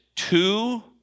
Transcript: Two